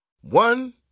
One